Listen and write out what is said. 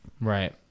Right